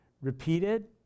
repeated